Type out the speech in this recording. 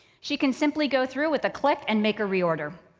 she can simply go through with a click and make a reorder.